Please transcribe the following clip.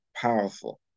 powerful